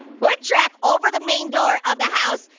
put trap over the main door of the house,